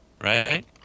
right